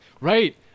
Right